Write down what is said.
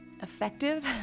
effective